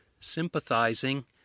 sympathizing